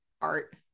Art